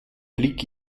blick